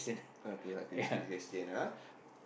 okay not to skip question ah